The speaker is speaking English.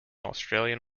australian